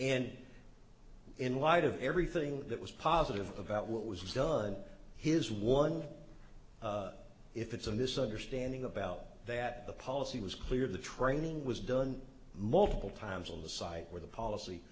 and in light of everything that was positive about what was done here's one if it's a misunderstanding about that the policy was clear the training was done multiple times on the site where the policy